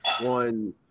One